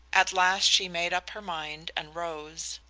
at last she made up her mind and rose.